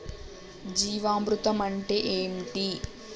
జీవామృతం అంటే ఏంటి?